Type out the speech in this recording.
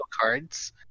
cards